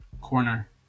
corner